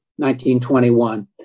1921